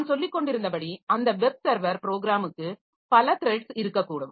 நான் சொல்லிக்கொண்டிருந்தபடி அந்த வெப் சர்வர் ப்ரோக்ராமுக்கு பல த்ரெட்ஸ் இருக்கக்கூடும்